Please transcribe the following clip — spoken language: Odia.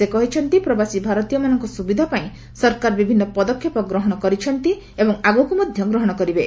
ସେ କହିଛନ୍ତି ପ୍ରବାସୀ ଭାରତୀୟମାନଙ୍କ ସୁବିଧା ପାଇଁ ସରକାର ବିଭିନ୍ନ ପଦକ୍ଷେପ ଗ୍ରହଣ କରିଛନ୍ତି ଏବଂ ଆଗକୁ ମଧ୍ୟ ଗ୍ରହଣ କରିବେ